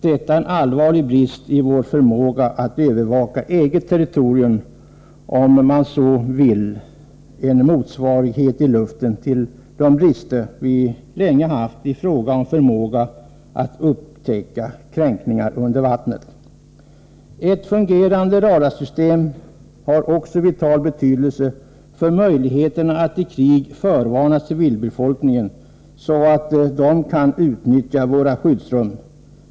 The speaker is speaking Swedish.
Detta är en allvarlig brist i vår förmåga att övervaka eget territorium, om man så vill en motsvarighet i luften till de brister vi länge haft i fråga om förmåga att upptäcka kränkningar under vattnet. Ett fungerande radarsystem har också vital betydelse för möjligheterna att i krig förvarna civilbefolkningen, så att den kan utnyttja våra skyddsrum.